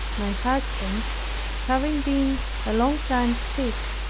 my husband having been a long time sick,